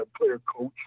player-coach